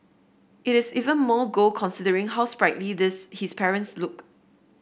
it is even more gold considering how sprightly this his parents look